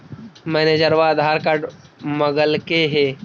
मैनेजरवा आधार कार्ड मगलके हे?